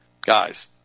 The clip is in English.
Guys